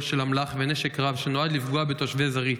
של אמל"ח ונשק רב שנועד לפגוע בתושבי זרעית.